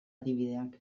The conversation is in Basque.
adibideak